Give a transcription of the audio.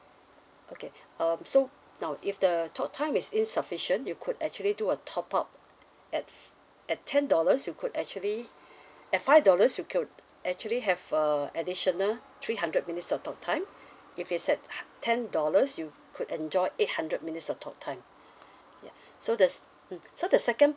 okay um so now if the talk time is insufficient you could actually do a top up at at ten dollars you could actually at five dollars you could actually have a additional three hundred minutes of talk time if it's at ten dollars you could enjoy eight hundred minutes of talk time ya so the s~ um so the second